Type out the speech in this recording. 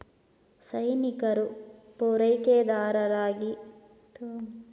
ಸೈನಿಕರು ಪೂರೈಕೆದಾರರಿಗೆ ಪಾವತಿಗಳನ್ನು ಅಧಿಕೃತಗೊಳಿಸಲು ಮಿಲಿಟರಿಯಿಂದ ಹದಿನೆಂಟನೇ ಶತಮಾನದಲ್ಲಿ ವಾರೆಂಟ್ಗಳನ್ನು ಬಳಸಲಾಗಿತ್ತು